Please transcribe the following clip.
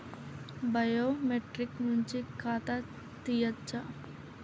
Biometric నుంచి ఖాతా తీయచ్చా?